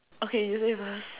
okay you say first